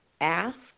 ask